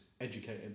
Educating